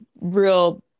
real